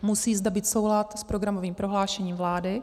Musí zde být soulad s programovým prohlášením vlády.